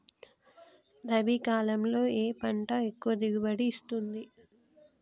రబీ కాలంలో ఏ పంట ఎక్కువ దిగుబడి ఇస్తుంది?